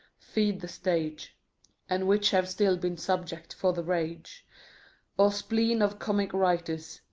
feed the stage and which have still been subject for the rage or spleen of comic writers.